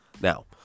Now